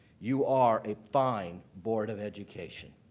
you are a fine board of education